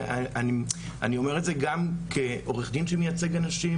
אני אומר את זה גם כעו"ד שמייצג אנשים.